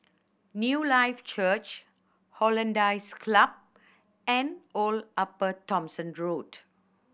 Newlife Church Hollandse Club and Old Upper Thomson Road